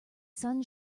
sun